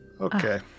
Okay